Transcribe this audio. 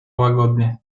łagodnie